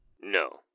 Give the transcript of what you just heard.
No